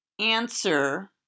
answer